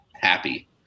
happy